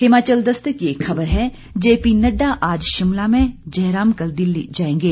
हिमाचल दस्तक की एक खबर है जेपी नड्डा आज शिमला में जयराम कल दिल्ली जाएंगे